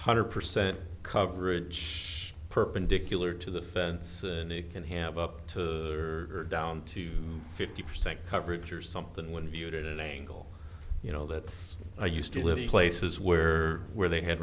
one hundred percent coverage perpendicular to the fence and they can have up to down to fifty percent coverage or something when viewed at angle you know that's i used to live in places where where they had